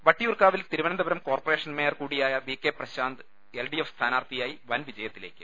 വട്ടിയൂർകാവിൽ Thiruvananthapuram corporation mayor കൂടി യായ V K Prashanth LDF സ്ഥാനാർത്ഥിയായി വൻ വിജയത്തിലേക്ക്